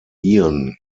ian